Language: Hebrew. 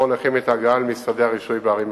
הנכים את ההגעה למשרדי הרישוי בערים השונות.